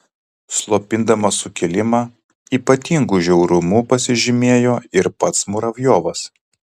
slopindamas sukilimą ypatingu žiaurumu pasižymėjo ir pats muravjovas